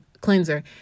cleanser